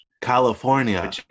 california